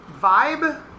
vibe